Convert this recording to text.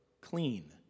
clean